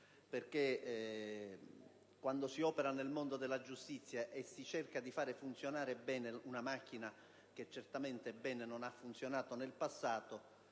infatti, si opera nel mondo della giustizia e si cerca di far funzionare bene una macchina che certamente bene non ha funzionato nel passato